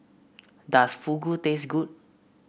does Fugu taste good